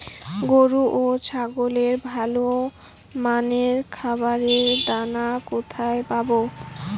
গরু ও ছাগলের ভালো মানের খাবারের দানা কোথায় পাবো?